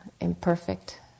imperfect